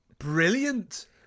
brilliant